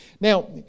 Now